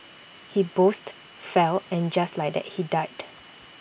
he boozed fell and just like that he died